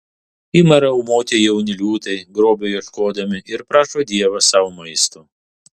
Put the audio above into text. ima riaumoti jauni liūtai grobio ieškodami ir prašo dievą sau maisto